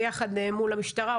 ביחד מול המשטרה,